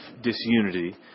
disunity